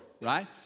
Right